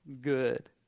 good